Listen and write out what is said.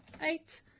eight